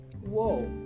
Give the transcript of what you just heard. Whoa